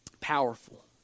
Powerful